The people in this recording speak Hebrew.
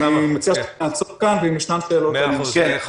אני מציע שנעצור כאן, ואם יש שאלות אשמח להשיב.